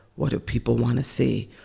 what do people want to see?